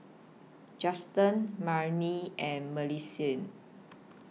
Justen Marnie and Millicent